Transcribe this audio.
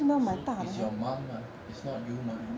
so is your mum lah it's not you mah